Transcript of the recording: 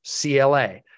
CLA